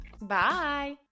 Bye